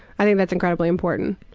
i think that's incredibly important.